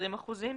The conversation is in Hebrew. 20 אחוזים,